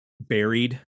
buried